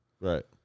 Right